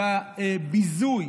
והביזוי